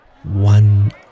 One